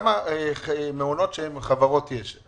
כמה מעונות שהן החברות יש?